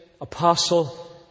Apostle